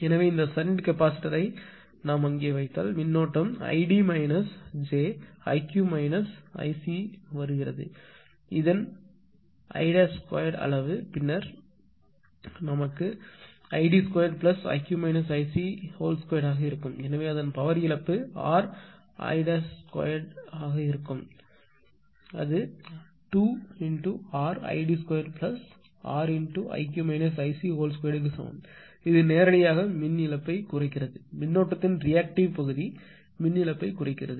எனவே இந்த ஷன்ட் கெப்பாசிட்டர்யை அங்கே வைத்தால் மின்னோட்டம் id j வருகிறது இதன் I′2 அளவு பின்னர் id2iq ic2 ஆக இருக்கும் எனவே அதன் பவர் இழப்பு rI′2 ஆக இருக்கும் 2rid2riq ic2 க்கு சமம் இது நேரடியாக மின் இழப்பைக் குறைக்கிறது மின்னோட்டத்தின் ரியாக்டிவ் பகுதி மின் இழப்பைக் குறைக்கிறது